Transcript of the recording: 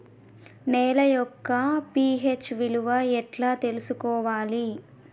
నేల యొక్క పి.హెచ్ విలువ ఎట్లా తెలుసుకోవాలి?